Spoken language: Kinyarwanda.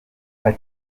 ati